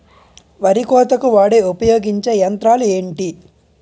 వరి కోతకు వాడే ఉపయోగించే యంత్రాలు ఏంటి?